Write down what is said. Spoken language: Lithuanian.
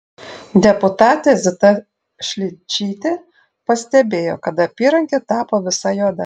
deputatė zita šličytė pastebėjo kad apyrankė tapo visa juoda